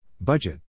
Budget